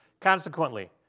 Consequently